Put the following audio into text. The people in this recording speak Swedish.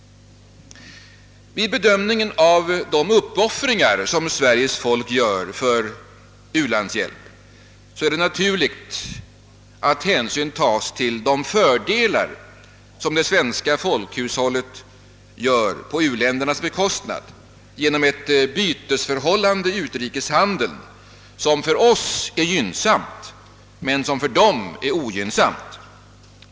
Vid bedömningen av de uppoffringar Sveriges folk gör för u-landshjälp är det naturligt att hänsyn tas till de fördelar som det svenska folkhushållet gör på u-ländernas bekostnad genom ett bytesförhållande i utrikeshandeln som för oss är gynnsamt men som för dem är ogynnsamt.